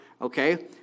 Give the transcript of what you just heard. okay